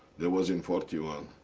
that was in forty one.